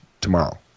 tomorrow